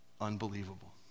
unbelievable